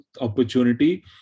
opportunity